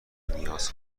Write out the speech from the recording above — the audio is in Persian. نیاز